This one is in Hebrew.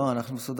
לא, אנחנו מסודרים.